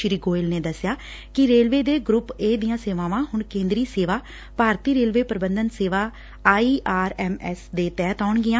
ਸ੍ਰੀ ਗੋਇਲ ਨੇ ਦੱਸਿਆ ਕਿ ਰੇਲਵੇ ਦੇ ਗਰੁੱਪ ਏ ਦੀਆਂ ਸੇਵਾਵਾਂ ਹੁਣ ਕੇਂਦਰੀ ਸੇਵਾ ਭਾਰਤੀ ਰੇਲਵੇ ਪ੍ਰਬੰਧਨ ਸੇਵਾ ਆਈ ਆਰ ਐਮ ਐਸ ਦੇ ਤਹਿਤ ਆਉਣਗੀਆਂ